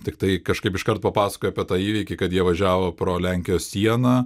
tiktai kažkaip iškart papasakojo apie tą įvykį kad jie važiavo pro lenkijos sieną